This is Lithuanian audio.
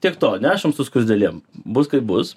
tiek to nešam su skruzdėlėm bus kaip bus